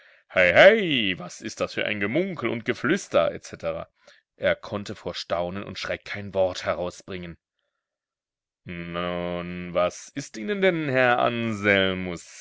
hei hei was ist das für ein gemunkel und geflüster etc er konnte vor staunen und schreck kein wort herausbringen nun was ist ihnen denn herr anselmus